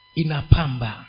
inapamba